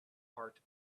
art